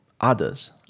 others